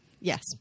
Yes